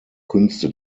künste